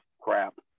crap